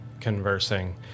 conversing